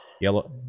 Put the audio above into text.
Yellow